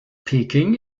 peking